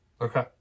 Okay